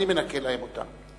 אני מנכה להם אותם.